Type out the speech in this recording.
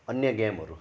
अन्य गेमहरू